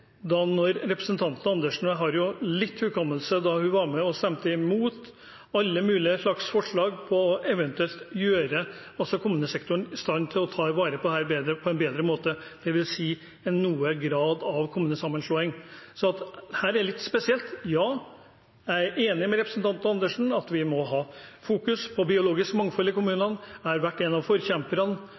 hukommelse; hun var med og stemte imot alle mulige slags forslag om eventuelt å gjøre kommunesektoren i stand til å ta vare på dette på en bedre måte, dvs. noen grad av kommunesammenslåing. Så det er litt forunderlig. Dette er litt spesielt, og jeg er enig med representanten Andersen i at vi må ha fokus på biologisk mangfold i kommunene. Jeg har vært en av forkjemperne